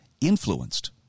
Influenced